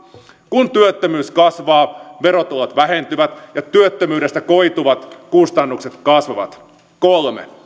kun työttömyys kasvaa verotulot vähentyvät ja työttömyydestä koituvat kustannukset kasvavat kolme